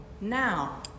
now